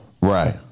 right